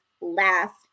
last